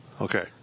Okay